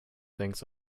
thinks